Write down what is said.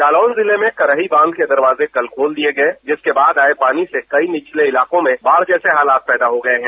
जालौन जिले में करही बांध के दरवाजे कल खोल दिए गए जिसके बाद आए पानी से कई निचले इलाकों में बाढ़ जैसे हालात पैदा हो गए हैं